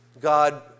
God